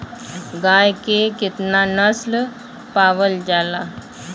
गाय के केतना नस्ल पावल जाला?